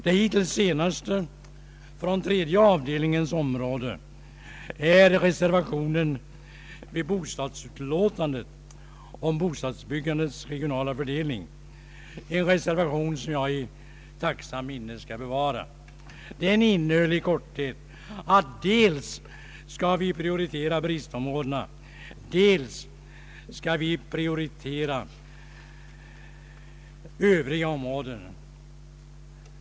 Det hittills senaste från tredje avdelningens område är reservationen vid bostadsutlåtandet om bostadsbyggandets regionala fördelning, en reservation som jag skall bevara i tacksamt minne. Den innehöll i korthet att vi dels skall prioritera bristområdena, dels skall vi prioritera övriga områden.